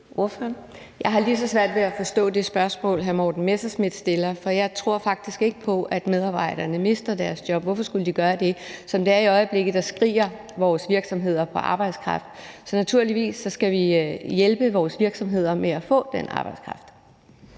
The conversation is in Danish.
Jeg har lige så svært ved at forstå det spørgsmål, hr. Morten Messerschmidt stiller, for jeg tror faktisk ikke på, at medarbejderne mister deres job – hvorfor skulle de gøre det? Som det er i øjeblikket, skriger vores virksomheder på arbejdskraft, så naturligvis skal vi hjælpe vores virksomheder med at få den arbejdskraft.